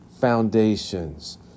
foundations